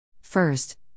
First